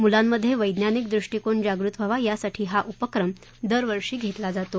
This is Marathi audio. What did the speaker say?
मुलांमध्ये वैज्ञानिक दृष्टिकोन जागृत व्हावा यासाठी हा उपक्रम दरवर्षी घेतला जातो